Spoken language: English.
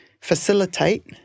facilitate